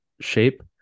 shape